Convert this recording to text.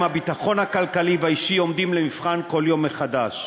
הביטחון הכלכלי והאישי עומד למבחן כל יום מחדש.